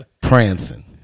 prancing